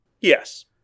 Yes